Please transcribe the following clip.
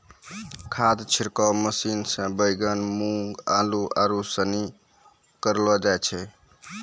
खाद छिड़काव मशीन से बैगन, मूँग, आलू, आरू सनी करलो जाय छै